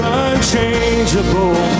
unchangeable